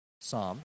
Psalm